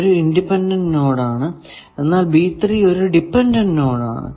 ഒരു independent node ആണ് എന്നാൽ ഒരു ഡിപെൻഡന്റ് നോഡ് ആണ്